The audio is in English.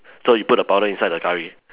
so you put the powder inside the Curry